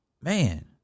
Man